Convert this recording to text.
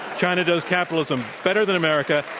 china does capitalism better than america,